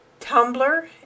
Tumblr